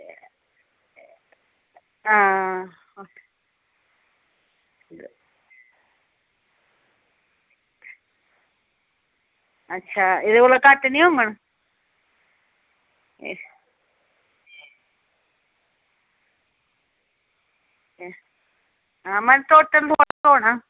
हां अच्छा एह्दे कोला घट्ट निं होङन अच्छा हां टोटल थुआढ़ा गै होना